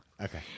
Okay